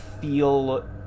feel